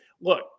Look